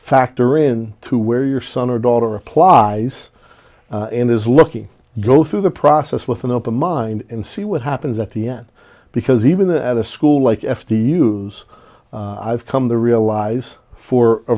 factor in to where your son or daughter applies and is looking go through the process with an open mind and see what happens at the end because even though at a school like f t use i've come to realize for a